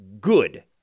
good